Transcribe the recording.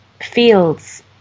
fields